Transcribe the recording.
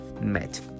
met